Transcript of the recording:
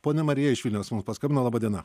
ponia marija iš vilniaus mums paskambino laba diena